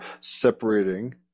separating